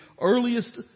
earliest